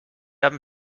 haben